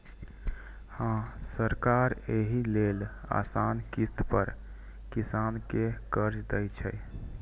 हां, सरकार एहि लेल आसान किस्त पर किसान कें कर्ज दै छै